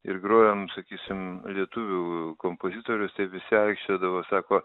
ir grojom sakysim lietuvių kompozitorius tai visi aikčiodavo sako